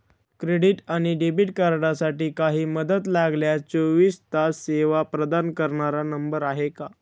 Credit आणि debit कार्डसाठी काही मदत लागल्यास चोवीस तास सेवा प्रदान करणारा नंबर आहे का?